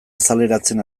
azaleratzen